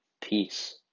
Peace